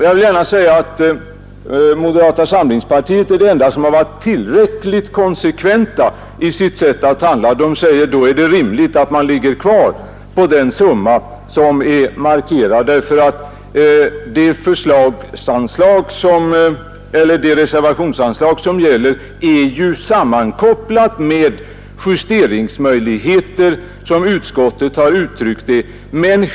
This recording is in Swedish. Jag vill gärna säga att moderata samlingspartiet är det enda parti som har varit tillräckligt konsekvent i sitt sätt att handla. Man säger nämligen att det är rimligt att vi ligger kvar på den summa som är markerad i propositionen, eftersom det reservationsanslag som gäller ju är sammankopplat med justeringsmöjligheter, som utskottet har uttalat.